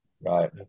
Right